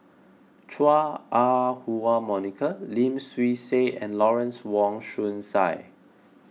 Chua Ah Huwa Monica Lim Swee Say and Lawrence Wong Shyun Tsai